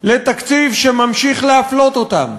לתקציב שממשיך להפלות אותם,